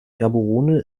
gaborone